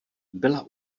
byla